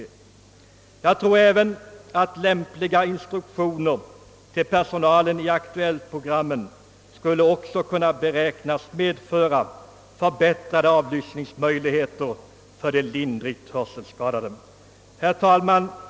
Jag tror också att lämpliga instruktioner till personalen i Aktuellt-programmen skulle kunna medföra förbättrade avlyssningsmöjligheter för de lindrigt hörselskadade. Herr talman!